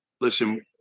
listen